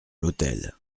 l’hôtel